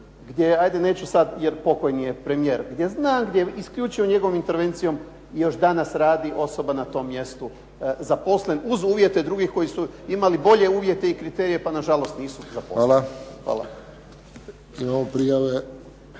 gdje ajde neću sada jer pokojni je premijer, ja znam da je isključivo njegovom intervencijom još danas radi osoba na tom mjestu zaposlen uz uvjete drugih koji su imali bolje uvjete i kriterije, pa na žalost nisu … /Govornik se ne razumije./